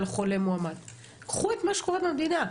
חולה מאומת קחו את מה שקורה במדינה.